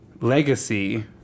legacy